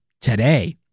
today